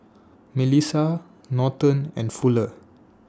Milissa Norton and Fuller